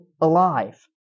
alive